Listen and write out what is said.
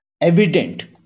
evident